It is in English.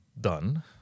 done